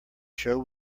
show